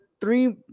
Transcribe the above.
three